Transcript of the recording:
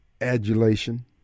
Adulation